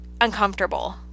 uncomfortable